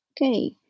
Okay